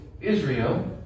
Israel